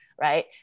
right